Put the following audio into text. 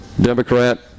Democrat